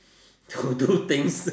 to do things